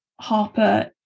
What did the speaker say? Harper